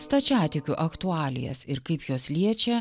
stačiatikių aktualijas ir kaip jos liečia